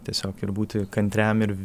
tiesiog ir būti kantriam ir